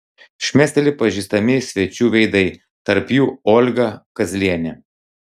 šmėsteli pažįstami svečių veidai tarp jų olga kazlienė